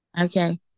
Okay